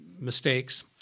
mistakes